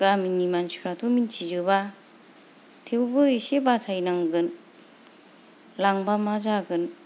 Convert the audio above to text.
गामिनि मानसिफ्राथ मिथिजोबा थेउबो एसे बासायनांगोन लांबा मा जागोन